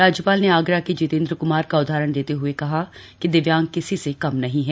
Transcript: राज्यपाल ने आगरा के जितेंद्र क्मार का उदाहरण देते हुए कहा कि दिव्यांग किसी से कम नहीं हैं